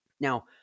Now